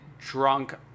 drunk